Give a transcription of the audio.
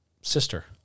sister